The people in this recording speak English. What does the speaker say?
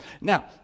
Now